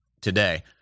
today